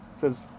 says